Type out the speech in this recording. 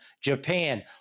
Japan